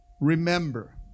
remember